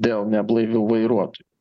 dėl neblaivių vairuotojų